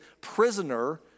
prisoner